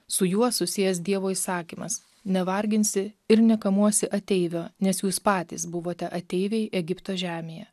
su juo susijęs dievo įsakymas nevarginsi ir nekamuosi ateivio nes jūs patys buvote ateiviai egipto žemėje